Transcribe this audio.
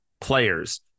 players